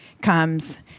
comes